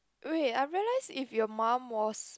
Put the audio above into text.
wait I realize if your mum was